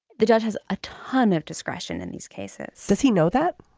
the judge has a ton of discretion in these cases does he know that.